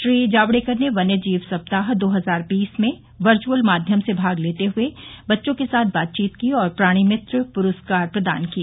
श्री जावड़ेकर ने वन्य जीव सप्ताह दो हजार बीस में वर्चुअल माध्यम से भाग लेते हुए बच्चों के साथ बातचीत की और प्राणि मित्र प्रस्कार प्रदान किए